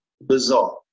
bizarre